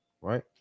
right